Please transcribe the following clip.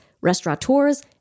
restaurateurs